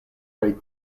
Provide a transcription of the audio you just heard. kaj